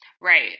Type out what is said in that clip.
Right